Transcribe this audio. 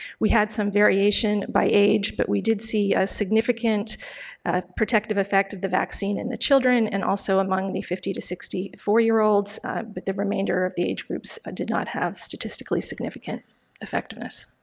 we had some variation by age, but we did see a significant protective affect of the vaccine in the children and also among the fifty to sixty four-year-olds, but the remainder of the age groups did not have statistically significant effectiveness.